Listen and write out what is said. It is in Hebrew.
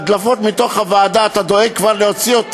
והדלפות מתוך הוועדה אתה כבר דואג להוציא.